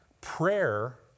Prayer